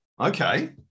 okay